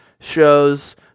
shows